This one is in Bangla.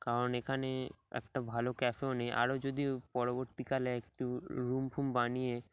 কারণ এখানে একটা ভালো ক্যাফেও নেই আরও যদি পরবর্তীকালে একটু রুম ফুম বানিয়ে